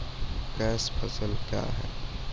Cash फसल क्या हैं?